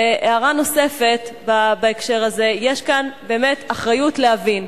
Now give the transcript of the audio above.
והערה נוספת בהקשר הזה, יש כאן באמת אחריות להבין.